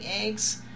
eggs